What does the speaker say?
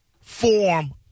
form